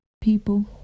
People